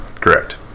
Correct